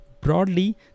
broadly